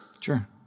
Sure